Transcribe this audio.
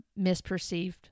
misperceived